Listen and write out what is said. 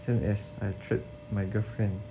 same as I treat my girlfriend